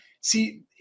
See